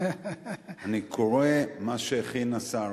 אני קורא מה שהכין השר.